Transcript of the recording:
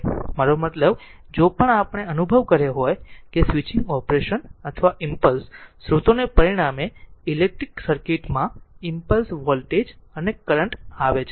મારો મતલબ જો પણ અનુભવ કર્યો હોય કે સ્વીચિંગ ઓપરેશન અથવા ઈમ્પલસ સ્ત્રોતોને પરિણામે ઇલેક્ટ્રિક સર્કિટમાં ઈમ્પલસ વોલ્ટેજ અને કરંટ આવે છે